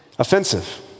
Offensive